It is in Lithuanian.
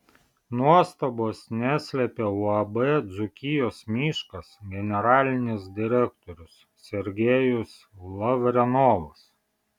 nuostabos neslėpė uab dzūkijos miškas generalinis direktorius sergejus lavrenovas